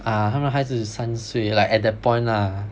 啊他们孩子是三岁 like at that point lah